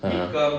(uh huh)